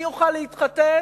מי יוכל להתחתן,